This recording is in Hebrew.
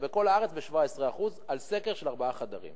ובכל הארץ, ב-17%, בסקר על דירות ארבעה חדרים.